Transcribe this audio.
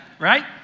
Right